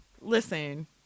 listen